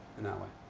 in that way,